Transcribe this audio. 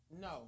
No